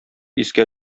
искә